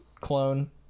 clone